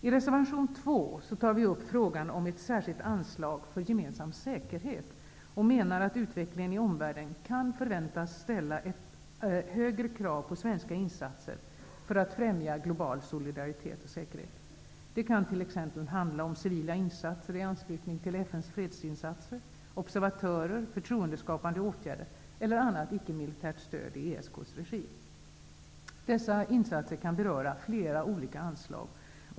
I reservation 2 tar vi upp frågan om ett särskilt anslag för gemensam säkerhet och menar att utvecklingen i omvärlden kan förväntas ställa ett högre krav på svenska insatser för att en global solidaritet och säkerhet skall främjas. Det kan t.ex. handla om civila insatser i anslutning till FN:s fredsinsatser, observatörer, förtroendeskapande åtgärder eller annat icke-militärt stöd i ESK:s regi. Dessa insatser kan beröra flera olika anslag.